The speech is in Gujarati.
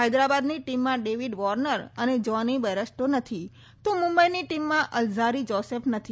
હૈદરાબાદની ટીમમાં ડેવિડ વોર્નર અને જોની બેરસ્ટો નથી તો મુંબઈની ટીમમાં અલઝારી જોસફ નથી